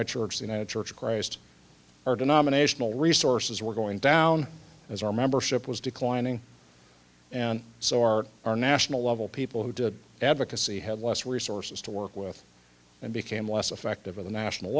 united church of christ our denominational resources were going down as our membership was declining and so our our national level people who did advocacy had less resources to work with and became less effective at the national